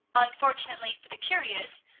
unfortunately for the curious,